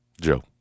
Joe